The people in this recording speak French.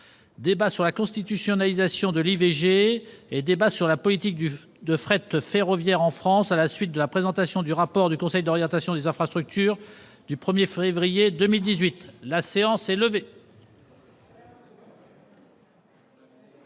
Débat sur « la constitutionnalisation de l'IVG ». Débat sur « la politique de fret ferroviaire en France à la suite de la présentation du Rapport du Conseil d'orientation des infrastructures du 1 février 2018 ». Personne ne